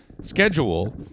schedule